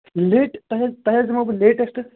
late تۄہہِ حظ تۄہہِ حظ دِمٕہو بہٕ لیٹَسٹہٕ